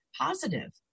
positive